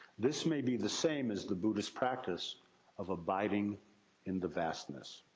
this may be the same as the buddhist practice of abiding in the vastness.